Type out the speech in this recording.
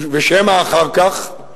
ושמא אחר כך,